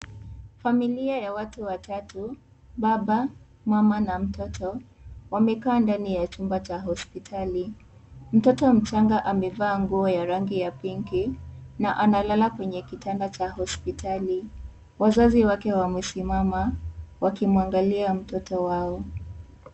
Familia ya watu wa tatu baba, mama na mtoto. Wamekaa ndani ya chumba cha hospitali. Mtoto mchanga amevaa nguo ya rangi ya pinki na analala kwenye kitanda chako hospitali. Wazazi wake wamesimama wakimwangalia mtoto wao.